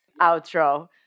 outro